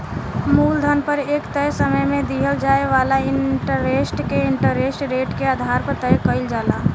मूलधन पर एक तय समय में दिहल जाए वाला इंटरेस्ट के इंटरेस्ट रेट के आधार पर तय कईल जाला